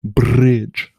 bridge